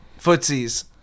Footsies